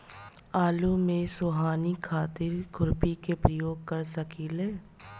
आलू में सोहनी खातिर खुरपी के प्रयोग कर सकीले?